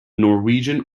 norwegian